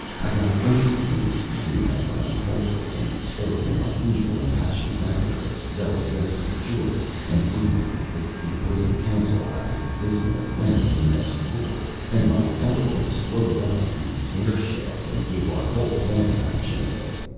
i got interested in the scheme as i unfolded it, and spoke in my usual impassioned manner, as though addressing a jury, and, would you believe it, the opposing counsel happened to be visiting a friend on the next floor, and my eloquence floated up through the air-shaft, and gave our whole plan of action away.